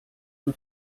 una